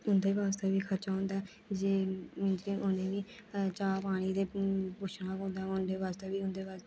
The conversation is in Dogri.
उं'दे बास्तै बी खर्चा होंदा ऐ जे मतलब कि उ'नेंगी चाह् पानी ते पुच्छना पौंदा ऐ उ'नेंगी